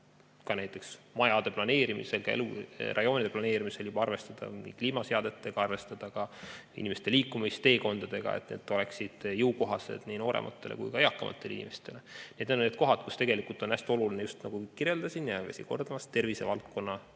ka näiteks majade planeerimisel ja elurajoonide planeerimisel juba arvestada kliimaseadmetega, arvestada ka inimeste liikumisteekondadega, et need oleksid jõukohased nii noorematele kui ka eakamatele inimestele. Need on need kohad, kus tegelikult on hästi oluline, nagu ma just kirjeldasin, ei väsi kordamast, tervisevaldkonnast